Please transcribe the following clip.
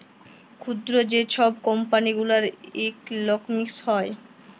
ক্ষুদ্র যে ছব কম্পালি গুলার ইকলমিক্স হ্যয়